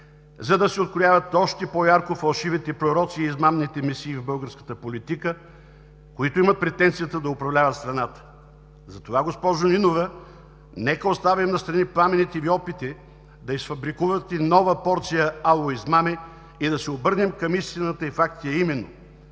за да се открояват още по-ярко фалшивите пророци и измамните месии в българската политика, които имат претенцията да управляват страната. Затова, госпожо Нинова, нека оставим настрани пламенните Ви опити да изфабрикувате нова порция „Ало измами“ и да се обърнем към истината и фактите, а именно: